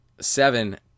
seven